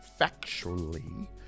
factually